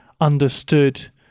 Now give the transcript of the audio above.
understood